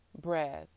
breath